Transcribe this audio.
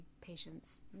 patience